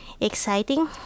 exciting